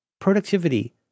productivity